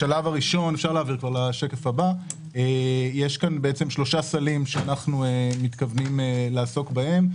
בשלב הראשון יש שלושה סלים שאנחנו מתכוונים לעסוק בהם.